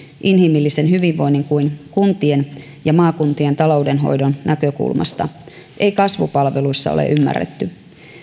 inhimillisen hyvinvoinnin kuin kuntien ja maakuntien taloudenhoidon näkökulmasta ei kasvupalveluissa ole ymmärretty